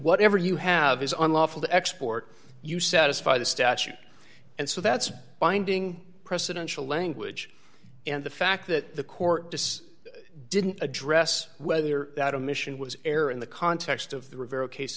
whatever you have is unlawful to export you satisfy the statute and so that's binding presidential language and the fact that the court does didn't address whether that omission was error in the context of the rivera case